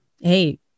hey